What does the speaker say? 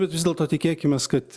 bet vis dėlto tikėkimės kad